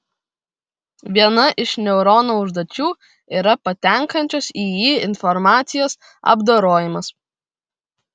viena iš neurono užduočių yra patenkančios į jį informacijos apdorojimas